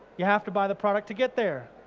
you have to buy the product to get there.